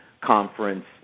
conference